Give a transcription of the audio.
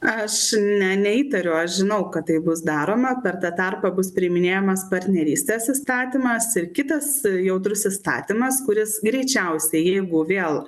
aš ne neįtariau aš žinau kad tai bus daroma per tą tarpą bus priiminėjamas partnerystės įstatymas ir kitas jautrus įstatymas kuris greičiausiai jeigu vėl